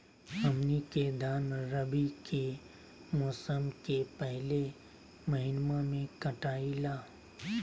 हमनी के धान रवि के मौसम के पहले महिनवा में कटाई ला